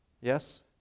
Yes